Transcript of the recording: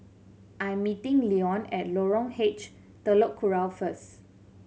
I am meeting Leone at Lorong H Telok Kurau first